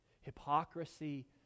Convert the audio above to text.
Hypocrisy